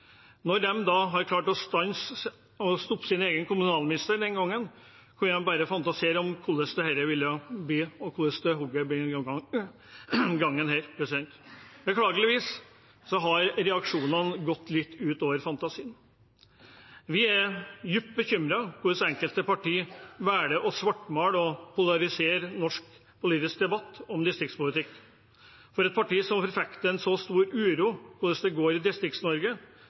Når de klarte å stoppe sin egen kommunalminister den gangen, kunne de bare fantasere om hvordan det ville bli denne gangen. Beklageligvis har reaksjonene gått litt utover fantasien. Vi er dypt bekymret for hvordan enkelte partier velger å svartmale og polarisere norsk debatt om distriktspolitikk. Partiene som forfekter en så stor uro for hvordan det går i